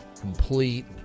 complete